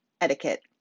etiquette